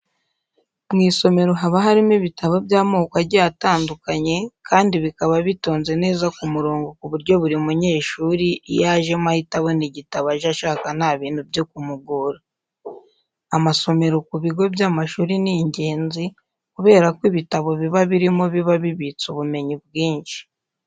Mu isomero haba harimo ibitabo by'amoko agiye atandukanye kandi bikaba bitonze neza ku murongo ku buryo buri munyeshuri iyo ajemo ahita abona igitabo aje ashaka nta bintu byo kumugora. Amasomero ku bigo by'amashuri ni ingenzi kubera ko ibitabo biba birimo biba bibitse ubumenyi bwinshi.